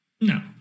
No